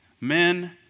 Men